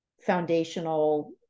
foundational